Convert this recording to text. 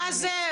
(חבר הכנסת עופר כסיף הוצא מאולם הוועדה) מה זה,